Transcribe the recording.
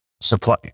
supply